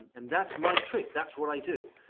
and and that's my trick. that's what i do.